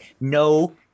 No